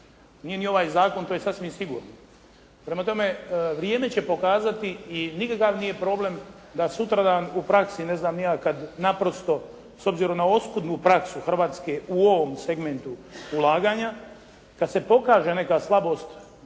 Nije ni ovaj zakon, to je sasvim sigurno. Prema tome, vrijeme će pokazati i nikakav nije problem da sutradan u praksi, ne znam ni ja kad naprosto s obzirom na oskudnu praksu Hrvatske u ovom segmentu ulaganja, kad se pokaže neka slabost,